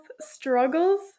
struggles